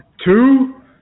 Two